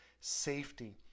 safety